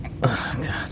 god